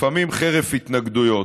לפעמים חרף התנגדויות,